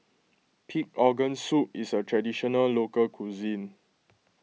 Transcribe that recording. Pig Organ Soup is a Traditional Local Cuisine